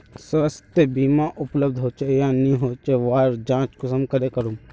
स्वास्थ्य बीमा उपलब्ध होचे या नी होचे वहार जाँच कुंसम करे करूम?